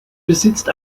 besitzt